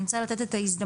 אני רוצה לתת את ההזדמנות,